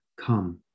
come